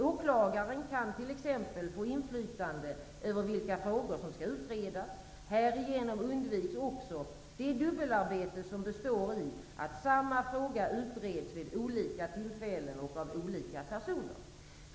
Åklagaren kan t.ex. få inflytande över vilka frågor som skall utredas. Härigenom undviks också det dubbelarbete som består i att samma fråga utreds vid olika tillfällen och av olika personer.